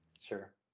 Sure